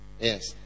Yes